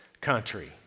country